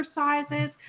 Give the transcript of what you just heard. exercises